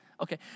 Okay